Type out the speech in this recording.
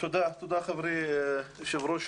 תודה חברי יושב ראש